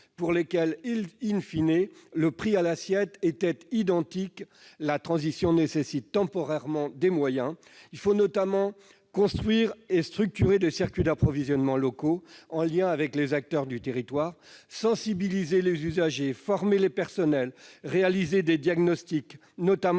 pour lesquels,, le prix à l'assiette était identique, la transition nécessite temporairement des moyens, notamment pour construire et structurer des circuits d'approvisionnement locaux en lien avec les acteurs du territoire, sensibiliser les usagers, former les personnels, ou encore réaliser des diagnostics, notamment